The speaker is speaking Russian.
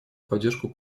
поддержку